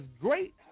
great